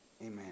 Amen